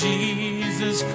Jesus